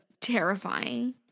terrifying